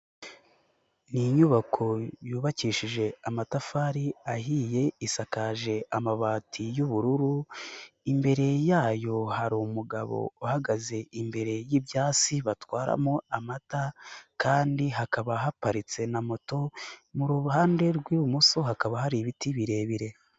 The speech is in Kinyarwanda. Ni inyubako yubakishije amatafari ahiye, isakaje amabati y'ubururu, imbere yayo hari umugabo uhagaze imbere y'ibyansi batwaramo amata kandi hakaba haparitse na moto, mu ruhande rw'ibumoso hakaba hari ibiti birebire.